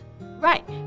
Right